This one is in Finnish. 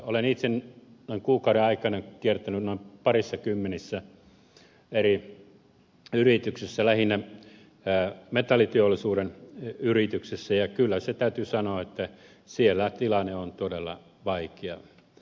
olen itse noin kuukauden aikana kiertänyt noin parissakymmenessä eri yrityksessä lähinnä metalliteollisuuden yrityksessä ja kyllä täytyy sanoa että siellä tilanne on todella vaikea